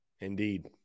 Indeed